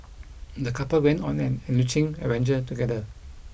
the couple went on an enriching adventure together